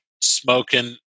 smoking